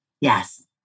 Yes